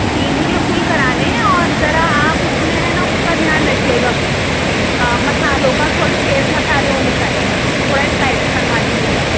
جی مجھے فل کرانے ہیں اور ذرا آپ اس میں ہے نا اس کا دھیان رکھئے گا مصالحوں کا تھوڑی تیز مصالحے ہونے چاہئیں تھوڑا اسپائسی بنوا دیجئے گا